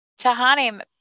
Tahani